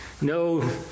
No